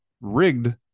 rigged